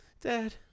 Dad